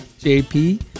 JP